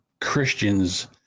Christians